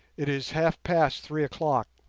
it is half-past three o'clock